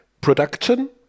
production